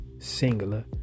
Singular